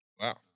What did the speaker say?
Wow